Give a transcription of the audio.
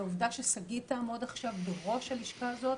והעובדה ששגית תעמוד עכשיו בראש הלשכה הזאת,